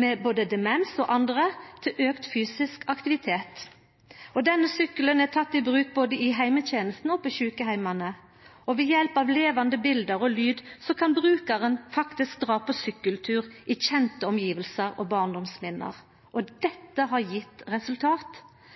med både demens og andre, til auka fysisk aktivitet. Denne sykkelen er teken i bruk både i heimetenesta og på sjukeheimane. Ved hjelp av levande bilete og lyd kan brukaren faktisk dra på sykkeltur i kjende omgjevnader og gjenoppleva barndomsminne. Dette har gjeve resultat. Vi ser betre mobilitet og